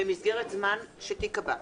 במסגרת זמן שתיקבע.